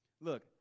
Look